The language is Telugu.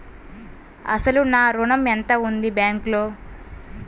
అసలు నా ఋణం ఎంతవుంది బ్యాంక్లో?